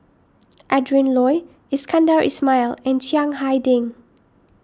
Adrin Loi Iskandar Ismail and Chiang Hai Ding